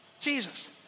Jesus